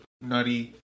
nutty